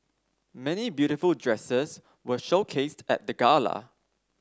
many beautiful dresses were showcased at the gala